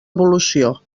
evolució